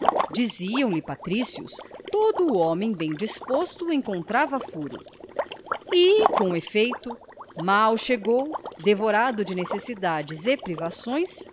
onde diziam-lhe patrícios todo o homem bem disposto encontrava furo e com efeito mal chegou devorado de necessidades e